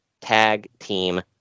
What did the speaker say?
tag-team